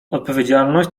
odpowiedzialność